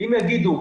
אם יגידו: